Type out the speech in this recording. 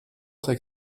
take